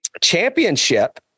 championship